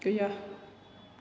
गैया